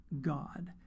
God